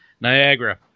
Niagara